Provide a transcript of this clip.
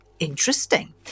Interesting